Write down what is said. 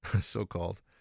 so-called